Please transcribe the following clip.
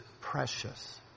precious